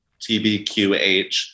TBQH